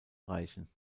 reichen